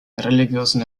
religiösen